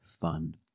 fun